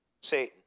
Satan